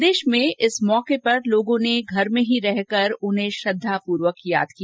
प्रदेश में इस मौके पर लोगों ने घर में ही रहकर उन्हें श्रद्वापूर्वक याद किया